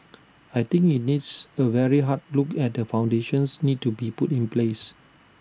I think IT needs A very hard look at the foundations need to be put in place